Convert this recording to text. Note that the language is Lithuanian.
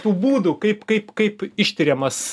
tų būdų kaip kaip kaip ištiriamas